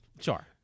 Sure